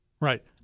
Right